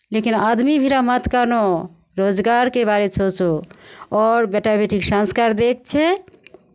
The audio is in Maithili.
लेकिन आदमी भिड़ा मत कानू रोजगारके बारे सोचो आओर बेटा बेटीक संस्कार दैके छै